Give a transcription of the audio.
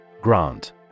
Grant